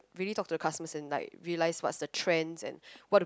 really talk to the customers and like realize what's the trend and